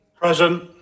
Present